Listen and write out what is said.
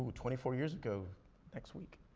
ah twenty four years ago next week.